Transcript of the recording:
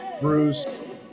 Bruce